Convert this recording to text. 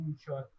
sure